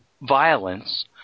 violence